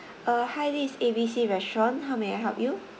uh hi this is A B C restaurant how may I help you